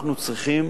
אנחנו צריכים